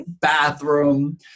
bathroom